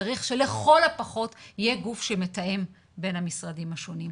צריך שלכל הפחות יהיה גוף שמתאם בין המשרדים השונים.